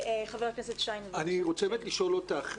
אני רוצה לשאול אותך,